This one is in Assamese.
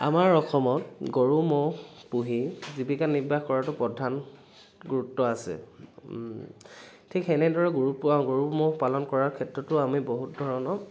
আমাৰ অসমত গৰু ম'হ পুহি জীৱিকা নিৰ্বাহ কৰাটো প্ৰধান গুৰুত্ব আছে ঠিক সেনেদৰে গৰুৰ পৰা গৰু ম'হ পালন কৰাৰ ক্ষেত্ৰতো আমি বহুত ধৰণৰ